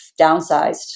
downsized